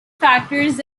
factors